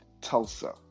Tulsa